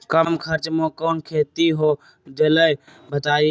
कम खर्च म कौन खेती हो जलई बताई?